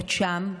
עוד שם,